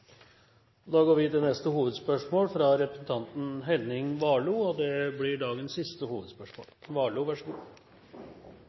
Da går vi til neste hovedspørsmål. Det blir dagens siste hovedspørsmål. De siste skal bli de første, heter det